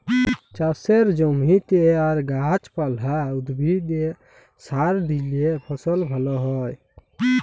চাষের জমিতে আর গাহাচ পালা, উদ্ভিদে সার দিইলে ফসল ভাল হ্যয়